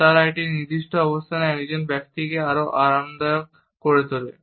বা তারা একটি নির্দিষ্ট অবস্থানে একজন ব্যক্তিকে আরও আরামদায়ক করে তোলে